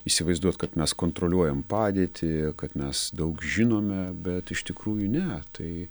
įsivaizduot kad mes kontroliuojam padėtį kad mes daug žinome bet iš tikrųjų ne tai